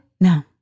No